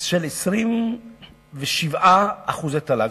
של 29% תל"ג.